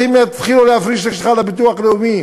אז הם יתחילו להפריש לך לביטוח הלאומי.